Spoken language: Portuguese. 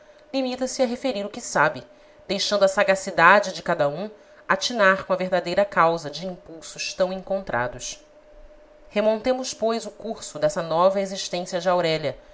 limita se a referir o que sabe deixando à sagacidade de cada um atinar com a verdadeira causa de impulsos tão encontrados remontemos pois o curso dessa nova existência de aurélia